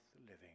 living